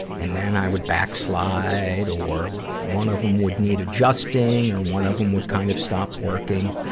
and then i would backslide, or one of them would need adjusting, or one of them would kind of stop working.